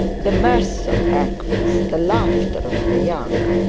the mirth of banquets, the laughter of the young,